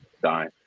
dying